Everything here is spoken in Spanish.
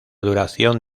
duración